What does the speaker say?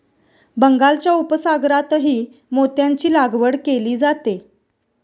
बंगालच्या उपसागरातही मोत्यांची लागवड केली जाते